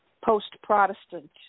post-Protestant